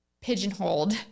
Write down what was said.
pigeonholed